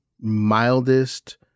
mildest